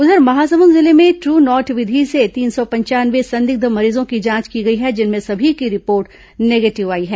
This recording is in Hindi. उधर महासमुंद जिले में ट्रू नॉट विधि से तीन सौ पंचानवे संदिग्ध मरीजों की जांच की गई जिनमें सभी की रिपार्ट निगेटिव आई है